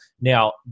Now